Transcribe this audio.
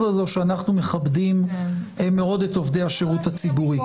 הזאת שאנחנו מכבדים מאוד את עובדי השירות הציבורי,